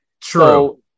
True